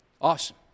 Awesome